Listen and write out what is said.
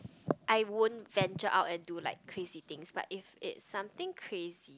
I won't venture out and do like crazy things but if it's something crazy